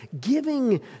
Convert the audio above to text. giving